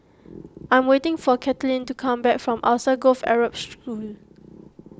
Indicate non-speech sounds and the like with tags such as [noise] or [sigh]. I'm waiting for Cathleen to come back from Alsagoff Arab [unintelligible]